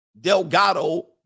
Delgado